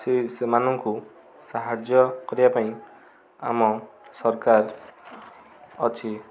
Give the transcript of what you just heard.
ସେ ସେମାନଙ୍କୁ ସାହାଯ୍ୟ କରିବା ପାଇଁ ଆମ ସରକାର ଅଛି